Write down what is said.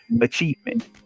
achievement